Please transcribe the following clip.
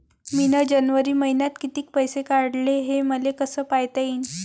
मिन जनवरी मईन्यात कितीक पैसे काढले, हे मले कस पायता येईन?